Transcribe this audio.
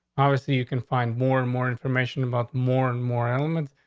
obviously, you can find more and more information about more and more elements,